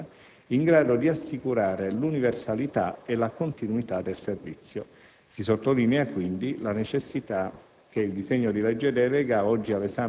(fornitore di ultima istanza) in grado di assicurare l'universalità e la continuità del servizio. Si sottolinea, quindi, la necessità